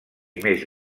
més